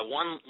one